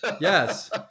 Yes